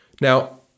Now